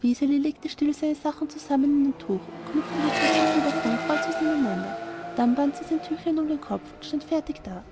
wiseli legte still seine sachen zusammen in ein tuch und knüpfte je zwei zipfel davon kreuzweis ineinander dann band es sein tüchlein um den kopf und stand fertig da